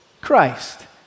Christ